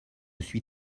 suis